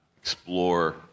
explore